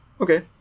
Okay